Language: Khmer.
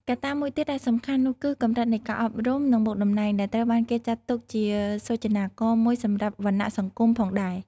កត្តាមួយទៀតដែលសំខាន់នោះគឺកម្រិតនៃការអប់រំនិងមុខតំណែង ដែលត្រូវបានគេចាត់ទុកជាសូចនាករមួយសម្រាប់វណ្ណៈសង្គមផងដែរ។